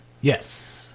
Yes